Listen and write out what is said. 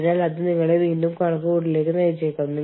അതിനാൽ ഒരാൾ വളരെ ശ്രദ്ധാലുവായിരിക്കണം